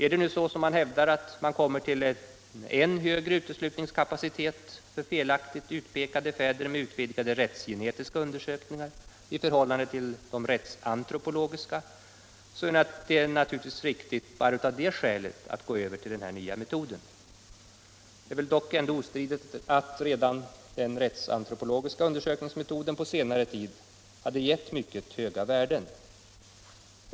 Är det nu så som man hävdar, att man med utvidgade rättsgenetiska undersökningar i förhållande till de rättsantropologiska kommer till en än högre uteslutningskapacitet för felaktigt utpekade fäder, är det naturligtvis bara av det skälet riktigt att gå över till denna nya metod. Det är väl ändå ostridigt att redan den rättsantropologiska undersökningsmetoden på senare tid har givit mycket höga värden.